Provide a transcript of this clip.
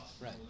Right